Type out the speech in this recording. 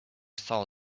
saw